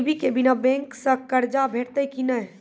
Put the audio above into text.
गिरवी के बिना बैंक सऽ कर्ज भेटतै की नै?